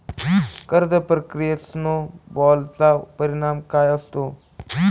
कर्ज प्रक्रियेत स्नो बॉलचा परिणाम काय असतो?